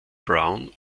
brown